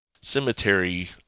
cemetery